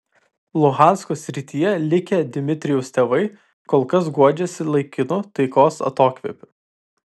luhansko srityje likę dmitrijaus tėvai kol kas guodžiasi laikinu taikos atokvėpiu